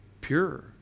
pure